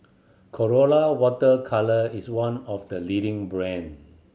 Colora Water Colour is one of the leading brand